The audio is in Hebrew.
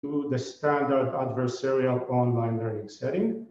to the standard adversarial online learning setting